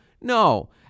no